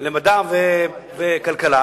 למדע וכלכלה.